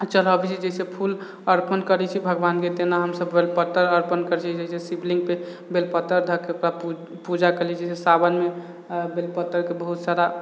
चढ़ऽबै छी जइसे फूल अर्पण करै छी भगवान के तेना हमसब बेलपत्तर अर्पण करै छी जइसे शिवलिंग पे बेलपत्तर धए के ओकरा पूजा करै छी जइसे सावन मे बेलपत्तर के बहुत सारा